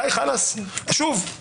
אתה צודק